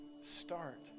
start